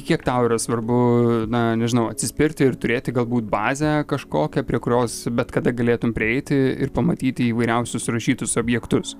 kiek tau yra svarbu na nežinau atsispirti ir turėti galbūt bazę kažkokią prie kurios bet kada galėtum prieiti ir pamatyti įvairiausius įrašytus objektus